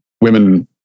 women